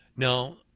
Now